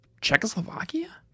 Czechoslovakia